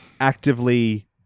actively